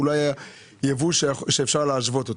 הוא לא היה יבוא שאפשר להשוות אותו.